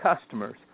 customers